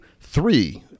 three-